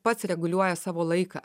pats reguliuoja savo laiką